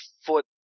foot